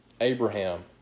Abraham